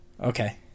Okay